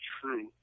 true